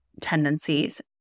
tendencies